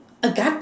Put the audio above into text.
a gun